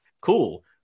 Cool